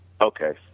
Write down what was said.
okay